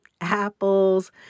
apples